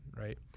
right